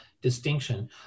distinction